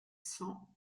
cent